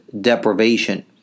deprivation